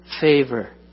favor